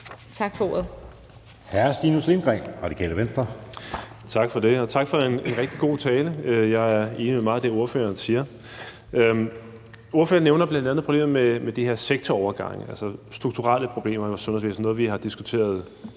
Venstre. Kl. 18:51 Stinus Lindgreen (RV): Tak for det, og tak for en rigtig god tale. Jeg er enig i meget af det, ordføreren siger. Ordføreren nævner bl.a. problemet med de her sektorovergange, altså strukturelle problemer i sundhedsvæsnet, som er noget, vi har diskuteret